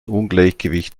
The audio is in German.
ungleichgewicht